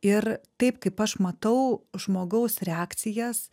ir taip kaip aš matau žmogaus reakcijas